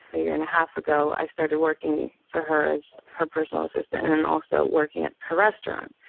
a year and a half ago i started working for her as her personal assistant and also working at her restaurant.